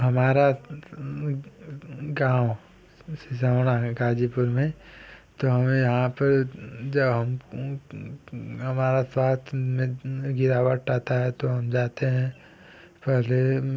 हमारा गाँव सिसौना है गाजीपुर में तो हमें यहाँ पर जब हम हमारा स्वास्थय में गिरावट आता है तो हम जाते हैं पहले